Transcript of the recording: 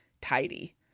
tidy